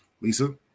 Lisa